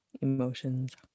emotions